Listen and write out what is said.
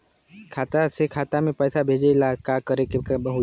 खाता से खाता मे पैसा भेजे ला का करे के होई?